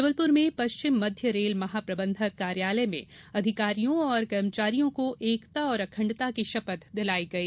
जबलपुर में पश्चिम मध्य रेल महाप्रबंधक कार्यालय में अधिकारियों और कर्मचारियों को एकता और अखण्डता की शपथ दिलाई गई